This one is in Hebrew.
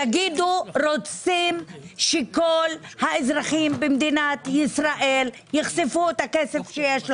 תגידו: רוצים שכל האזרחים במדינת ישראל יחשפו את הכסף שיש להם,